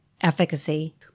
efficacy